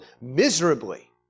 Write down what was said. miserably